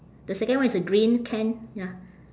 the second one is a green can ya